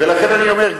ולכן אני אומר,